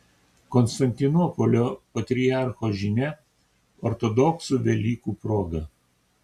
konstantinopolio patriarcho žinia ortodoksų velykų proga